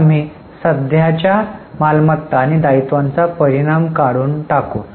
तर आम्ही सध्याच्या मालमत्ता आणि दायित्वांचा परिणाम काढून टाकू